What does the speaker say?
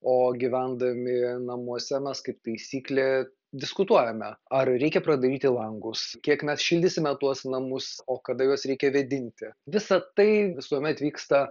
o gyvendami namuose mes kaip taisyklė diskutuojame ar reikia pradaryti langus kiek mes šildysime tuos namus o kada juos reikia vėdinti visą tai visuomet vyksta